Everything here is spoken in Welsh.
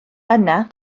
yna